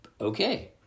Okay